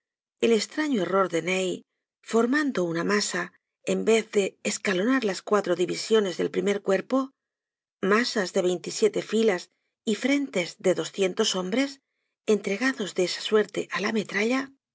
el estraño error de ney formando en masa en vez de escalonar las cuatro divisiones del primer cuerpo masas de veintisiete filas y frentes de doscientos hombres entregados de esa suerte á la metralla